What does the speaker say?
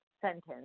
sentence